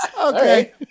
Okay